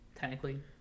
technically